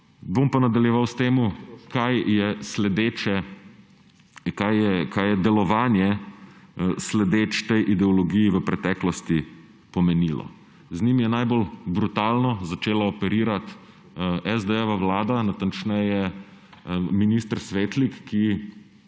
bom pa nadaljeval s tem, kaj je delovanje, sledeč tej ideologiji, v preteklosti pomenilo. Z njim je najbolj brutalno začela operirati SD-jeva vlada, natančneje minister Svetlik, ki